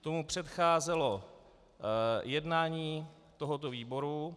Tomu předcházelo jednání tohoto výboru.